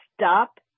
stop